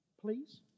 Please